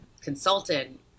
consultant